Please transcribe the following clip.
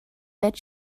that